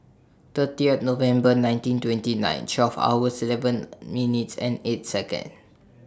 thirtieth November nineteen twenty nine twelve hours eleven minutes and eight Second